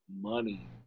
money